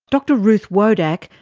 dr ruth wodak,